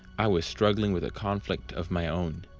i was struggling with a conflict of my own.